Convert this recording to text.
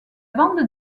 bande